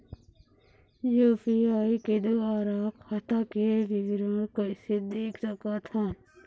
UPI के द्वारा खाता के विवरण कैसे देख सकत हन?